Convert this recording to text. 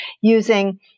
using